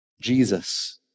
Jesus